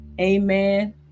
amen